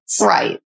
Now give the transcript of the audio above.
Right